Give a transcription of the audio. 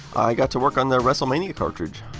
i got to work on the wrestlemania cartridge,